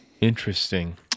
Interesting